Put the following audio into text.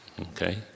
Okay